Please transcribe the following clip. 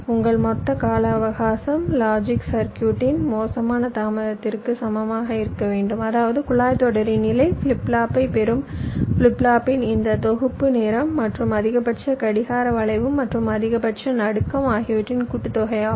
உங்கள் மொத்த கால அவகாசம் லாஜிக் சர்க்யூட்டின் மோசமான தாமதத்திற்கு சமமாக இருக்க வேண்டும் அதாவது குழாய்த் தொடரின் நிலை ஃபிளிப் ஃப்ளாப்பைப் பெறும் ஃபிளிப் ஃப்ளாப்பின் இந்த தொகுப்பு நேரம் மற்றும் அதிகபட்ச கடிகார வளைவு மற்றும் அதிகபட்ச நடுக்கம் ஆகியவற்றின் கூட்டு தொகை ஆகும்